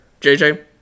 JJ